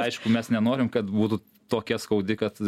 aišku mes nenorim kad būtų tokia skaudi kad